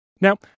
Now